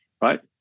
right